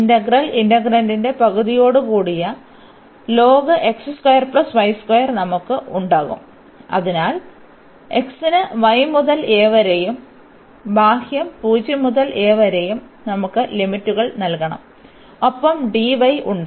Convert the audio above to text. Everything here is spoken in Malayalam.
ഇന്റഗ്രൽ ഇതിന്റെ പകുതിയോടുകൂടിയ നമുക്ക് ഉണ്ടാകും അതിനുശേഷം x ന് y മുതൽ a വരെയും ബാഹ്യം 0 മുതൽ a വരെയും നമുക്ക് ലിമിറ്റുകൾ നൽകണം ഒപ്പം ഉണ്ട്